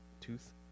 tooth